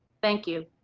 thank you.